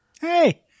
Hey